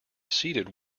seated